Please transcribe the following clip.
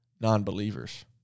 non-believers